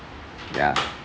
ya